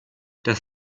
das